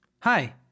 Hi